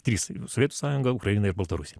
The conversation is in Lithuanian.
trys sovietų sąjunga ukraina ir baltarusija